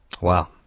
Wow